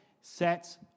Sets